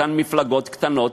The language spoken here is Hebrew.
אותן מפלגות קטנות,